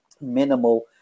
minimal